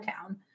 town